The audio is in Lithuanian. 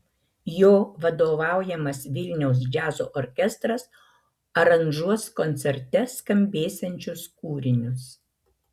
jo vadovaujamas vilniaus džiazo orkestras aranžuos koncerte skambėsiančius kūrinius